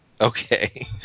Okay